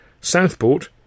Southport